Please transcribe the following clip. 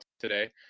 today